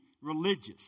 religious